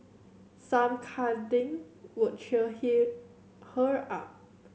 some cuddling would cheer here her up